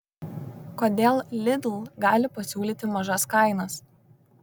kodėl lidl gali pasiūlyti mažas kainas